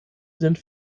sind